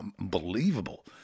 unbelievable